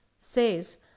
says